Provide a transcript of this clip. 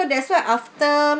that's why after